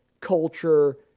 culture